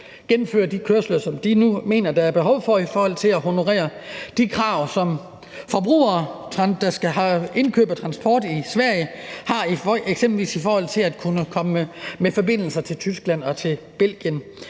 gennemføre de kørsler, som de nu mener at der er behov for i forhold til at honorere de krav, som forbrugere, der har indkøb af transport i Sverige, har i forhold til eksempelvis at kunne komme med forbindelser til Tyskland og til Belgien.